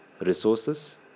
resources